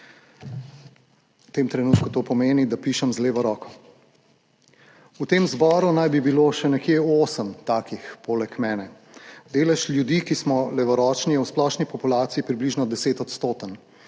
V tem trenutku to pomeni, da pišem z levo roko. V tem zboru naj bi bilo poleg mene še nekje osem takih. Delež ljudi, ki smo levoročni, je v splošni populaciji približno desetodstoten.